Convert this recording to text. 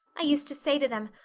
i used to say to them,